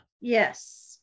Yes